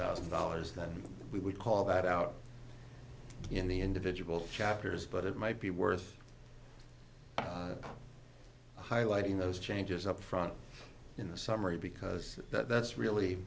thousand dollars that we would call that out in the individual chapters but it might be worth highlighting those changes up front in the summary because that's really